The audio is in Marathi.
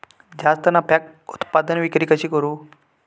जास्त नफ्याक उत्पादन विक्री कशी करू?